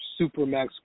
supermax